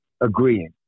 agreeing